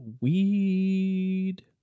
weed